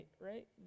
right